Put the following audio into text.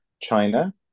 China